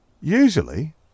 Usually